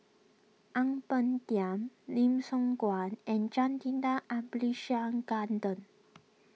Ang Peng Tiam Lim Siong Guan and Jacintha Abisheganaden